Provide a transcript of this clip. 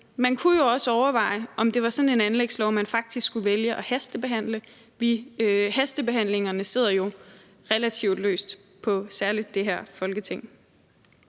Man kunne jo også overveje, om det var sådan en anlægslov, man faktisk skulle vælge at hastebehandle. Hastebehandlinger sidder jo relativt løst for særlig det her Folketing.